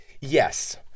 Yes